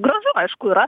gražu aišku yra